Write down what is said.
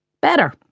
Better